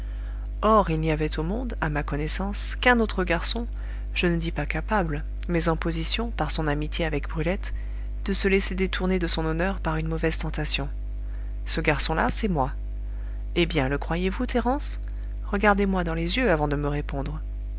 or il n'y avait au monde à ma connaissance qu'un autre garçon je ne dis pas capable mais en position par son amitié avec brulette de se laisser détourner de son honneur par une mauvaise tentation ce garçon-là c'est moi eh bien le croyez-vous thérence regardez-moi dans les yeux avant de me répondre